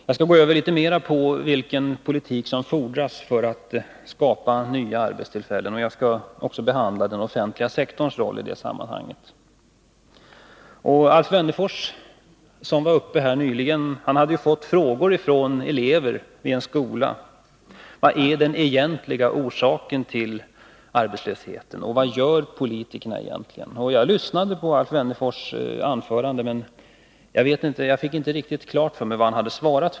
Jag skall så gå över till att redovisa vilken politik som fordras för att vi skall kunna skapa nya arbetstillfällen och behandla den offentliga sektorns roll i det sammanhanget. Alf Wennerfors, som nyss var uppe i debatten, hade fått frågor från elever i en skola: Vad är den egentliga orsaken till arbetslösheten, och vad gör politikerna? Jag lyssnade på Alf Wennerfors anförande, men jag fick inte riktigt klart för mig vad han hade svarat.